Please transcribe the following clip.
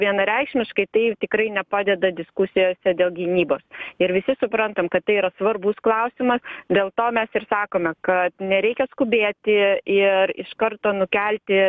vienareikšmiškai tai tikrai nepadeda diskusijose dėl gynybos ir visi suprantam kad tai yra svarbus klausimas dėl to mes ir sakome kad nereikia skubėti ir iš karto nukelti